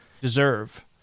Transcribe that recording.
deserve